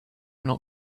not